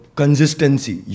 consistency